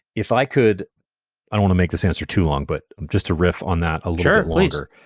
if i could i want to make this answer too long, but just to riff on that a little bit longer.